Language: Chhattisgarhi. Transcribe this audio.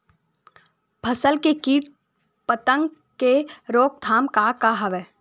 फसल के कीट पतंग के रोकथाम का का हवय?